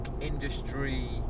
industry